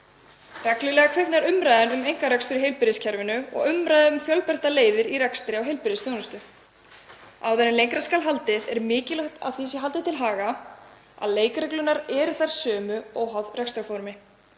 Reglulega kviknar umræðan um einkarekstur í heilbrigðiskerfinu og umræða um fjölbreyttar leiðir í rekstri á heilbrigðisþjónustu. Áður en lengra skal haldið er mikilvægt að því sé haldið til haga að leikreglurnar eru þær sömu óháð rekstrarformi;